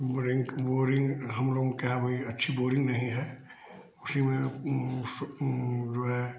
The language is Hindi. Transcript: बोरिंग के बोरिंग हम लोगों के यहाँ अभी अच्छी बोरिंग नहीं है उसी में जो है